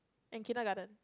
and kindergarten